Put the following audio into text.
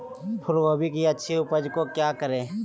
फूलगोभी की अच्छी उपज के क्या करे?